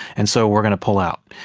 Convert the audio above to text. and so we are going to pull out.